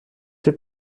fait